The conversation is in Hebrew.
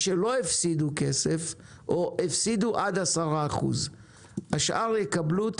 שלא הפסידו כסף או הפסידו עד 10%. השאר יקבלו אתה